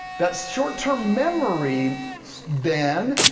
that's short-term memory then,